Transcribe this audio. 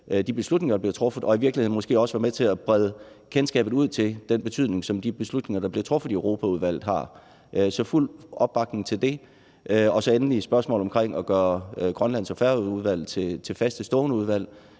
de beslutninger, der bliver truffet, og i virkeligheden måske også være med til at udbrede kendskabet i forhold til den betydning, som de beslutninger, der bliver truffet i Europaudvalget, har. Så der er fuld opbakning til det. Endelig synes vi naturligvis, at det at gøre Grønlandsudvalget og Færøudvalget til faste stående udvalg